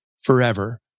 forever